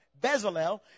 Bezalel